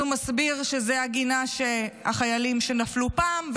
הוא מסביר שזו הגינה של חיילים שנפלו פעם,